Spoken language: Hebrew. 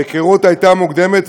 ההיכרות הייתה מוקדמת,